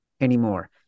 anymore